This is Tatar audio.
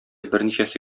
берничәсе